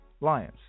Lions